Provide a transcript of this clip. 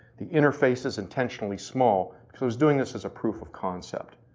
the interface is intentionally small, so was doing this as a proof of concept.